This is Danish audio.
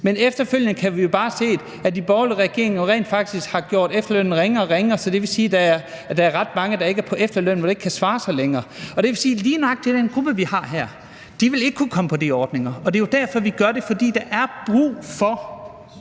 Men efterfølgende kan vi bare se, at de borgerlige regeringer jo rent faktisk har gjort efterlønnen ringere og ringere, så det vil sige, at der er ret mange, der ikke er på efterløn, fordi det ikke kan svare sig længere. Det vil sige, at lige nøjagtig den gruppe, vi har her, ikke vil kunne komme på de ordninger, og det er jo derfor, vi gør det. Det er, fordi der er brug for